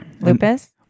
Lupus